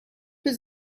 was